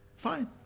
fine